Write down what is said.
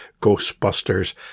Ghostbusters